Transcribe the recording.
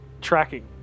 tracking